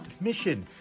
mission